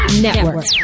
Network